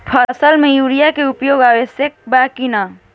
फसल में उर्वरक के उपयोग आवश्यक बा कि न?